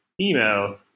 email